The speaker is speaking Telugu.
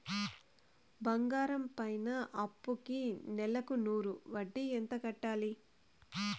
బంగారం పైన అప్పుకి నెలకు నూరు వడ్డీ ఎంత కట్టాలి?